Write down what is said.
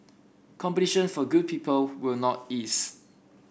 competition for good people will not ease